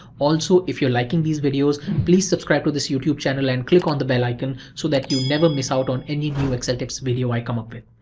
also, if you're liking these videos, please subscribe to this youtube channel and click on the bell icon so that you never miss out on any new excel tips video i come up with.